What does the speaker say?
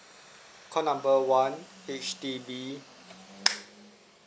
call number one H_D_B